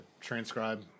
transcribe